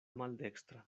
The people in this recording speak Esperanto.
maldekstra